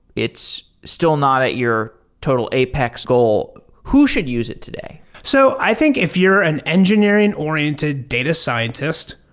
it's still not at your total apex goal. who should use it today? so i think if you're an engineering-oriented data scientist,